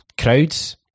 crowds